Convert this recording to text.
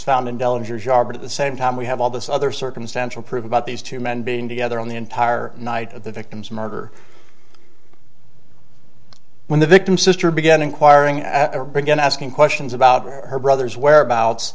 job at the same time we have all this other circumstantial proof about these two men being together on the entire night at the victim's murder when the victim's sister began inquiring or began asking questions about her brother's whereabouts